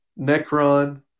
Necron